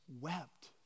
wept